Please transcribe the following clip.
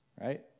right